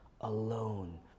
alone